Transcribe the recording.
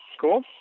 Cool